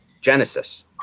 Genesis